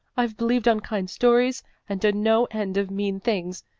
i've believed unkind stories and done no end of mean things,